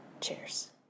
Cheers